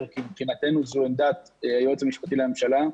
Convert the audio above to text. כי מבחינתנו זו עמדת היועץ המשפטי לממשלה,